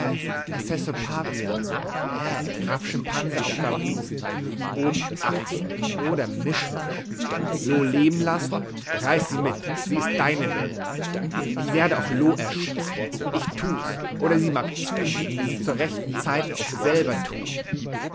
pavian äh graf schimpanse auf gabun o die affen o der mischmasch loo leben lassen reiß sie mit sie ist deine welt ich werde auch loo erschießen ich tu's oder sie mag zusehen wie sie zur rechten zeit es selber tut